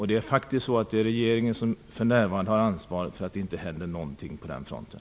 Det är faktiskt regeringen som för närvarande har ansvaret för att det inte händer någonting på den fronten.